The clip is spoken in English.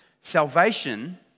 salvation